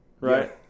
right